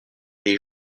des